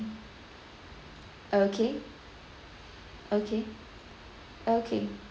okay okay okay